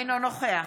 אינו נוכח